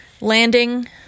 landing